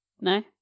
No